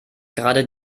gerade